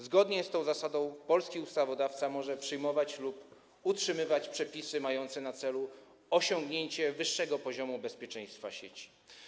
Zgodnie z tą zasadą polski ustawodawca może przyjmować lub utrzymywać przepisy mające na celu osiągnięcie wyższego poziomu bezpieczeństwa sieci.